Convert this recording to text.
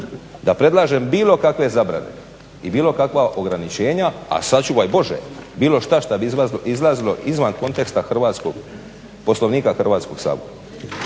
da predlažem bilo kakve zabrane i bilo kakva ograničenja, a sačuvaj Bože bilo šta šta bi izlazilo izvan konteksta Poslovnika Hrvatskog sabora.